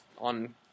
on